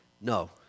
No